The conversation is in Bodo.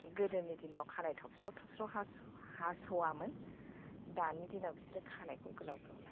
गोदोनि दिनाव खानाय थबस्र' थबस्र' हास'वामोन दानि दिनाव बिस्रो खानायखौ गोलाव गोलाव लायो